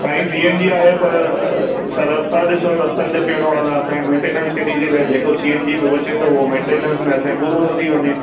साईं C N G आहे पर रस्ता ॾिसो रस्तनि जो कहिड़ो हाल आहे असांजे मेंटेनेंस केॾी थी लॻे जेको सी एन जी मां बचे थो उहा मेंटेनेंस में असांजे पूरो थो थी वञे